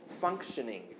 functioning